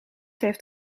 heeft